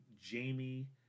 Jamie